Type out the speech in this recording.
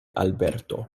alberto